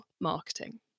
marketing